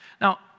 Now